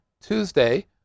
Tuesday